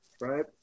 right